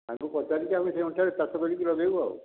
ତାଙ୍କୁ ପଚାରିକି ଆମେ ସେହି ଅନୁସାରେ ଚାଷ କରିକି ଲଗାଇବୁ ଆଉ